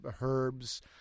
herbs